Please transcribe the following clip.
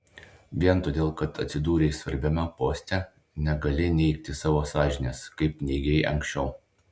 vien todėl kad atsidūrei svarbiame poste negali neigti savo sąžinės kaip neigei anksčiau